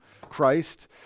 Christ